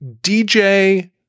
dj